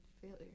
failure